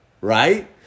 right